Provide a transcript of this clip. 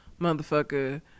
motherfucker